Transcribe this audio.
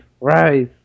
Rise